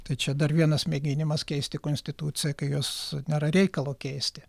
tai čia dar vienas mėginimas keisti konstituciją kai jos nėra reikalo keisti